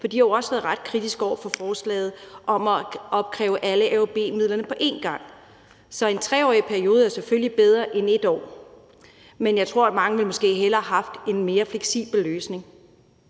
for de har jo også været ret kritiske over for forslaget om at opkræve alle AUB-midlerne på én gang. Så en 3-årig periode er selvfølgelig bedre end en 1-årig periode, men jeg tror, at mange måske hellere ville have haft en mere fleksibel løsning.